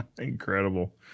Incredible